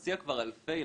מסיע כבר אלפי ילדים.